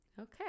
Okay